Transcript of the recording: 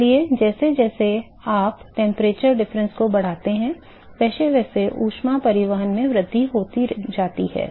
इसलिए जैसे जैसे आप तापमान के अंतर को बढ़ाते हैं वैसे वैसे ऊष्मा परिवहन में वृद्धि होती जाती है